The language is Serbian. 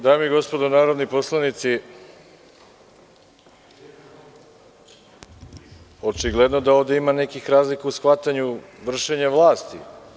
Dame i gospodo narodni poslanici, očigledno da ovde ima nekih razlika u shvatanju vršenja vlasti.